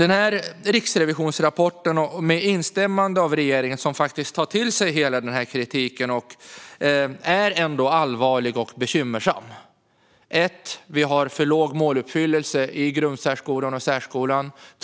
Riksrevisionens rapport - med instämmande av regeringen, som faktiskt tar till sig all denna kritik - är ändå allvarlig och bekymmersam. Vi har för låg måluppfyllelse i grundsärskolan och särskolan.